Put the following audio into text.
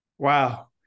Wow